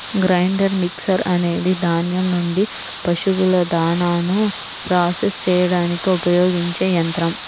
grinder mixer అనేది ధాన్యం నుండి పశువుల దాణాను ప్రాసెస్ చేయడానికి ఉపయోగించే యంత్రం